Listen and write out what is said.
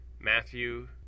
Matthew